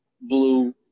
blue